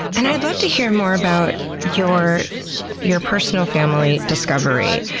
and i'd love to hear more about your your personal family discovery,